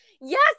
Yes